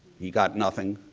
he got nothing.